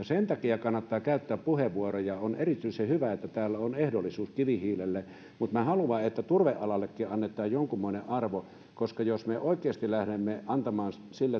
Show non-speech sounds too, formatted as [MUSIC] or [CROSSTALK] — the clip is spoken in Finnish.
[UNINTELLIGIBLE] sen takia kannattaa käyttää tästä puheenvuoroja on erityisen hyvä että täällä on ehdollisuus kivihiilelle mutta minä haluan että turve alallekin annetaan jonkunmoinen arvo koska jos me oikeasti lähdemme antamaan